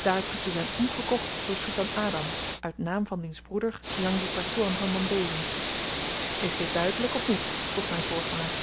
daartoe te zyn omgekocht door soetan adam uit naam van diens broeder jang di pertoean van mandhéling is dit duidelyk of niet vroeg myn voorganger